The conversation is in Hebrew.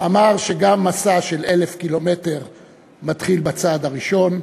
אמר שגם מסע של אלף קילומטר מתחיל בצעד הראשון.